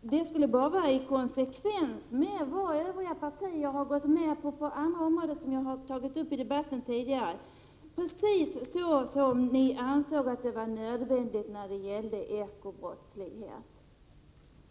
Detta skulle vara i konsekvens med vad övriga partier har gått med på på andra områden, som jag har tagit upp tidigare i debatten. Det är fråga om precis samma linje som ni ansåg vara nödvändig när det gällde ekobrottslighet.